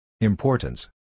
Importance